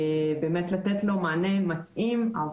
על מנת לתת לו מענה שתואם את